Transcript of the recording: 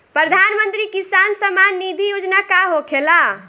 प्रधानमंत्री किसान सम्मान निधि योजना का होखेला?